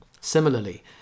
Similarly